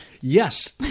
Yes